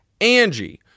Angie